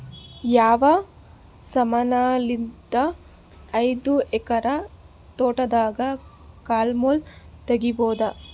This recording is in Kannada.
ಯಾವ ಸಮಾನಲಿದ್ದ ಐದು ಎಕರ ತೋಟದಾಗ ಕಲ್ ಮುಳ್ ತಗಿಬೊದ?